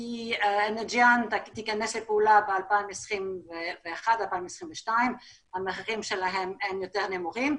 כי אנרג'יאן תיכנס לפעולה ב-2022-2021 והמחירים שלהם הם יותר נמוכים,